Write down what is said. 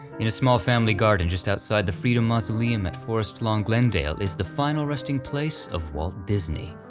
in a small family garden just outside the freedom mausoleum at forest lawn glendale is the final resting place of walt disney.